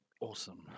Awesome